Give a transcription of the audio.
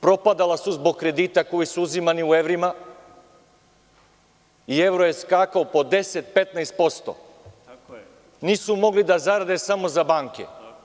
Propadala su zbog kredita koji su uzimani u evrima i evro je skakao po 10, 15%, nisu mogli da zarade samo za banke.